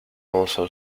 also